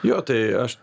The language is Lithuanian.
jo tai aš